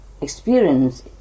experience